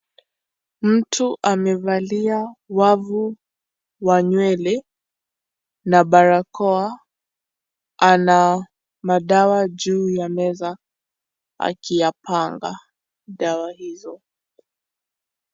Mtu amevalia wavu wa nywele, na barakoa. Ana madawa juu ya meza. Akiyapanga dawa hizo.